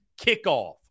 kickoff